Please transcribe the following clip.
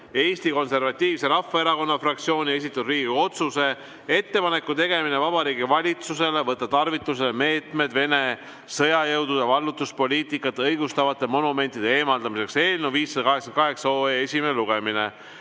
Eesti Konservatiivse Rahvaerakonna fraktsiooni esitatud Riigikogu otsuse "Ettepaneku tegemine Vabariigi Valitsusele võtta tarvitusele meetmed Vene sõjajõudude vallutuspoliitikat õigustavate monumentide eemaldamiseks" eelnõu 588 esimese lugemise